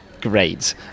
Great